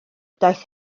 daeth